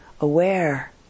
aware